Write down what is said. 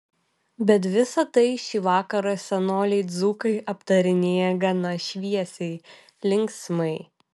bet visa tai šį vakarą senoliai dzūkai aptarinėja gana šviesiai linksmai